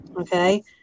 Okay